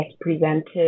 presented